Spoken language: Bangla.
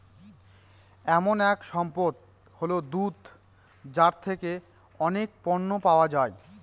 এমন এক সম্পদ হল দুধ যার থেকে অনেক পণ্য পাওয়া যায়